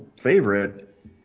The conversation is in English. favorite